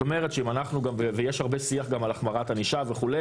ויש גם הרבה שיח על החמרת ענישה וכו'.